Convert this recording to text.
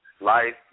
life